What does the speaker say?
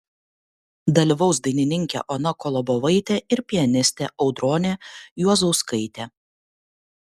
dalyvaus dainininkė ona kolobovaitė ir pianistė audronė juozauskaitė